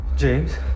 James